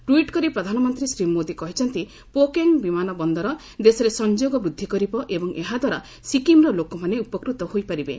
tweet କରି ପ୍ରଧାନମନ୍ତ୍ରୀ ଶ୍ରୀ ମୋଦି କହିଛନ୍ତି ପକ୍ୟୋଙ୍ଗ୍ ବିମାନ ବନ୍ଦର ଦେଶରେ ସଂଯୋଗ ବୃଦ୍ଧି କରିବ ଏବଂ ଏହାଦ୍ୱାରା ସିକ୍କିମ୍ର ଲୋକମାନେ ଉପକୂତ ହୋଇପାରିବେ